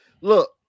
look